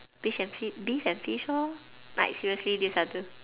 fish and fib beef and fish lor like seriously these are the